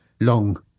long –